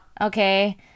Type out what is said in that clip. Okay